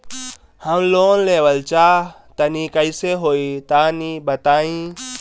हम लोन लेवल चाह तनि कइसे होई तानि बताईं?